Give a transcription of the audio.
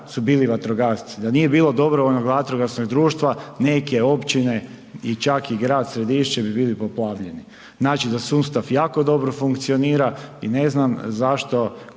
su bili vatrogasci. Da nije bilo dobrovoljnog vatrogasnog društva neke općine i čak i grad Središće bi bili poplavljeni. Znači da sustav jako dobro funkcionira i ne znam zašto